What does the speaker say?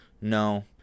No